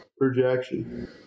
projection